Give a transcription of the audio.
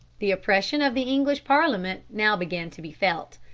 the oppression of the english parliament now began to be felt.